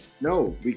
No